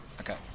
Okay